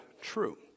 true